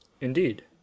Indeed